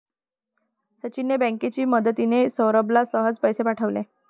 सचिनने बँकेची मदतिने, सौरभला सहज पैसे पाठवले